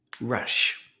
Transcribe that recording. rush